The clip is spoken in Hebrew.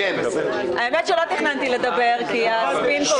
האמת שלא תכננתי לדבר כי הספין כל כך